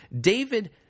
david